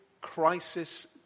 crisis